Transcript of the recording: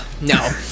No